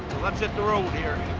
let's hit the road here.